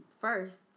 First